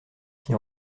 s’y